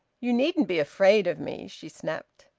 you needn't be afraid of me, she snapped.